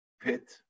pit